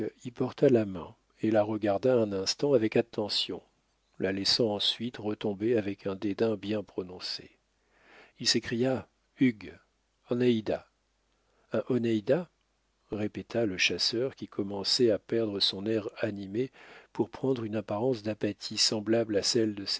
y porta la main et la regarda un instant avec attention la laissant ensuite retomber avec un dédain bien prononcé il s'écria hugh onéida un onéida répéta le chasseur qui commençait à perdre son air animé pour prendre une apparence d'apathie semblable à celle de